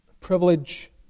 privilege